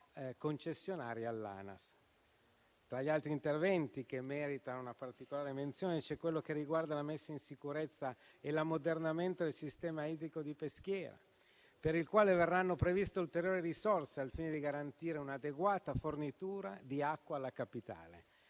concessionaria all'ANAS. Tra gli altri interventi che meritano particolare menzione c'è quello che riguarda la messa in sicurezza e l'ammodernamento del sistema idrico di Peschiera, per il quale verranno previste ulteriori risorse al fine di garantire un'adeguata fornitura di acqua alla Capitale,